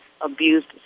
abused